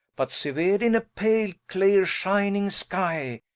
but seuer'd in a pale cleare-shining skye.